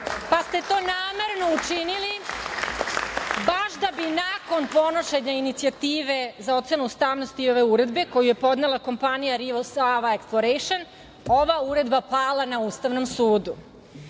pa ste to namerno učinili, baš da bi nakon podnošenja inicijative za ocenu ustavnosti ove uredbe, koju je podnela kompanija Rio Sava eksporejšen, ova uredba pala na Ustavnom sudu.